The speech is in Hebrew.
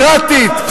מספיק.